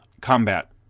combat